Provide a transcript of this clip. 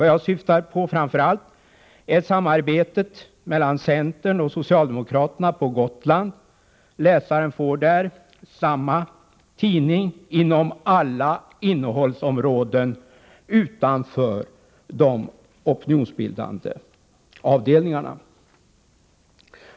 Vad jag framför allt syftar på är samarbetet mellan centern och socialdemokraterna på Gotland. Läsaren får där samma tidning inom hela innehållsområdet utanför de opinionsbildande avdelningarna.